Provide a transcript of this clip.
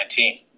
2019